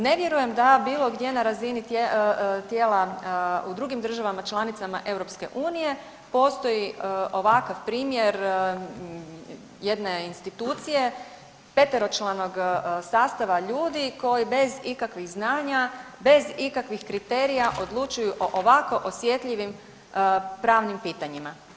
Nevjerujem da na razini tijela u drugim državama članicama EU postoji ovakav primjer jedne institucije peteročlanog sastava ljudi koji bez ikakvih znanja, bez ikakvih kriterija odlučuju o ovako osjetljivim pravnim pitanjima.